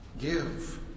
Give